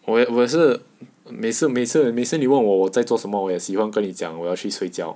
我我也是是每次每次你问我我在做什么我也喜欢跟你讲我要去睡觉